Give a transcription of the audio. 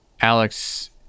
Alex